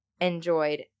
enjoyed